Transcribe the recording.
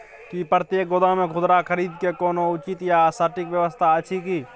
की प्रतेक गोदाम मे खुदरा खरीद के कोनो उचित आ सटिक व्यवस्था अछि की?